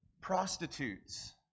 Prostitutes